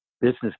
business